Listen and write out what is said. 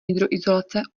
hydroizolace